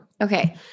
Okay